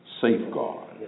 safeguard